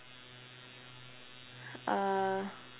err